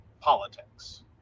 politics